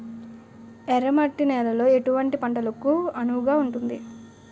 ఎర్ర మట్టి నేలలో ఎటువంటి పంటలకు అనువుగా ఉంటుంది?